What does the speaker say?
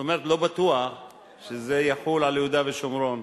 כלומר לא בטוח שזה יחול על יהודה ושומרון,